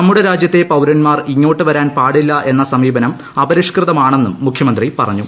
നമ്മുടെ രാജ്യത്തെ വിജയൻ പൌരൻമാർ ഇങ്ങോട്ട് വരാൻ പാടില്ല എന്ന സമീപനം അപരിഷ് കൃതമാണെന്നും മുഖ്യമന്ത്രി പറഞ്ഞു